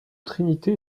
trinité